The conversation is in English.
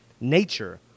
nature